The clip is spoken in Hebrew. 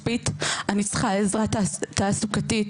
אני צריכה עזרה כספית, אני צריכה עזרה תעסוקתית.